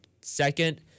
second